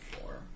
Four